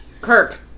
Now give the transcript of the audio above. Kirk